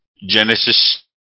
Genesis